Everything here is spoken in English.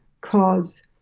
cause